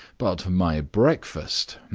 but my breakfast!